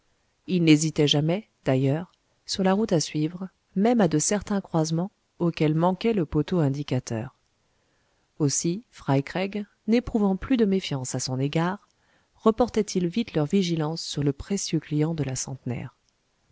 il n'hésitait jamais d'ailleurs sur la route à suivre même à de certains croisements auxquels manquait le poteau indicateur aussi fry craig n'éprouvant plus de méfiance à son égard reportaient ils vite leur vigilance sur le précieux client de la centenaire